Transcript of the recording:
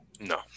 No